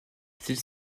celle